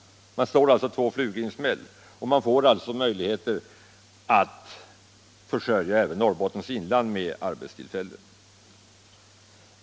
Man slår, som sagt, två flugor i en smäll och får alltså möjligheter att försörja även Norrbottens inland med arbetstillfällen.